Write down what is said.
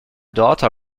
daughter